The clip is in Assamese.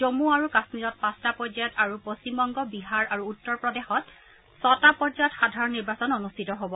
জম্মু আৰু কাশ্মীৰত পাঁচটা পৰ্যায়ত আৰু পশ্চিমবংগ বিহাৰ আৰু উত্তৰ প্ৰদেশত ছটা পৰ্যায়ত সাধাৰণ নিৰ্বাচন অনুষ্ঠিত হ'ব